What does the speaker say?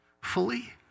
fully